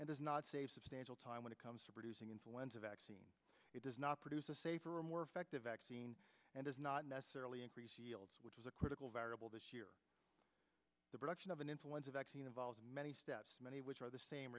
and is not a substantial time when it comes to producing influenza vaccine it does not produce a safer or more effective vaccine and is not necessarily increase which is a critical variable this year the production of an influenza vaccine involves many steps many of which are the same